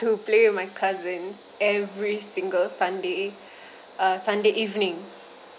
to play with my cousins every single sunday uh sunday evening